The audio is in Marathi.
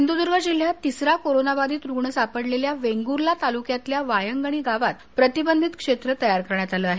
सिंधुदुर्ग जिल्ह्यात तिसरा कोरोना बाधित रुग्ण सापडलेल्या वेंगुर्ला तालुक्यातल्या वायंगणी गावात प्रतिबंधित क्षेत्र तयार करण्यात आलं आहे